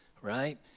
Right